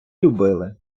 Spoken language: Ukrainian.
любили